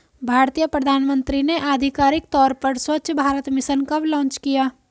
भारतीय प्रधानमंत्री ने आधिकारिक तौर पर स्वच्छ भारत मिशन कब लॉन्च किया?